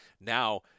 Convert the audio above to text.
now